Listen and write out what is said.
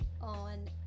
on